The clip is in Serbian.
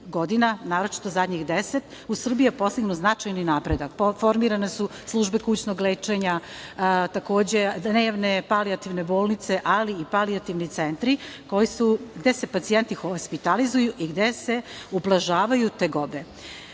godina, naročito zadnjih 10, u Srbiji je postignut značajni napredak. Formirane su službe kućnog lečenja, takođe dnevne palijativne bolnice, ali i palijativni centri, gde se pacijenti hospitalizuju i gde se ublažavaju tegobe,